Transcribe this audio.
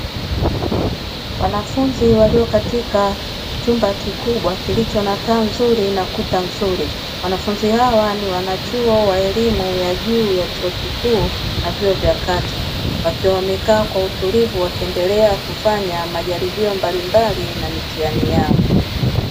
Wanafunzi walio katika chumba kikubwa kilicho na taa nzuri na kuta nzuri, wanafunzi hawa ni wanachuo wa elimu ya juu ya chuo kikuu na vyuo vya kati, wakiwa wamekaa kwa utulivu wakiendelea kufanya majaribio mbalimbali na mitihani yao.